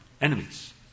enemies